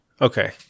Okay